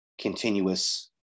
continuous